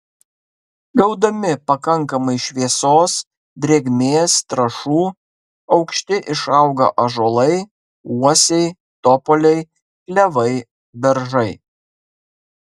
gaudami pakankamai šviesos drėgmės trąšų aukšti išauga ąžuolai uosiai topoliai klevai beržai